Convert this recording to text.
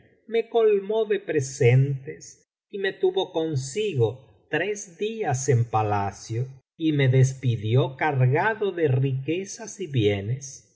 me colmó de presentes y me tuvo consigo tres días en palacio y me despidió cargado de riquezas y bienes